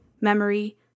memory